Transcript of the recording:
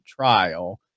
trial